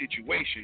situation